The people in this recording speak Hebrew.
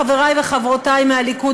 חברותי וחברי מהליכוד,